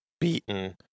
beaten